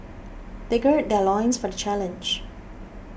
they gird their loins for the challenge